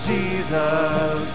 Jesus